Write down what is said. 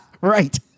Right